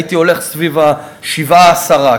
הייתי הולך סביב ה-7 10,